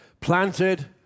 Planted